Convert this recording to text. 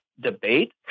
debate